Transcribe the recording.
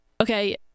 okay